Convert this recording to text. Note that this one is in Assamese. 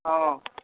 অঁ